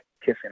kissing